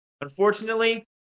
unfortunately